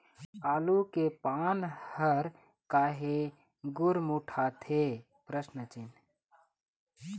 आलू के पान हर काहे गुरमुटाथे?